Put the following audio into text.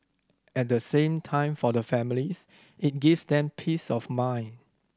at the same time for the families it gives them peace of mind